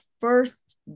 first